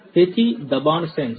તેથી દબાણ સેન્સર